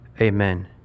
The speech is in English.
Amen